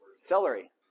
Celery